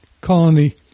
colony